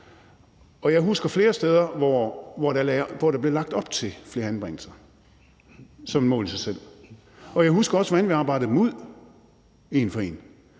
Og jeg husker flere steder, hvor der blev lagt op til flere anbringelser som et mål i sig selv. Jeg husker også, hvordan vi arbejdede dem ud en for en.